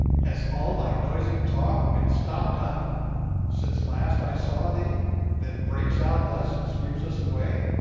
has all thy noisy talk been stopped up since last i saw thee that it breaks out thus, and sweeps us away?